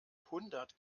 hundert